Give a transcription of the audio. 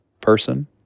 person